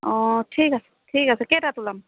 অ ঠিক আছে ঠিক আছে কেইটাত ওলাম